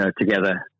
together